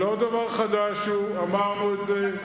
לא דבר חדש הוא, אמרנו את זה,